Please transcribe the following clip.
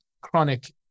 chronic